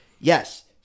Yes